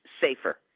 safer